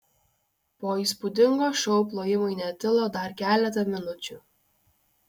po įspūdingo šou plojimai netilo dar keletą minučių